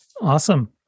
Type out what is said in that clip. Awesome